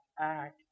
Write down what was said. act